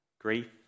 grief